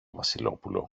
βασιλόπουλο